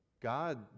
God